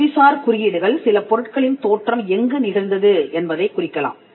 புவிசார் குறியீடுகள் சில பொருட்களின் தோற்றம் எங்கு நிகழ்ந்தது என்பதைக் குறிக்கலாம்